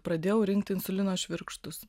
pradėjau rinkti insulino švirkštus